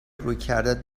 رویکردت